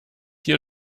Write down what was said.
hier